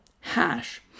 hash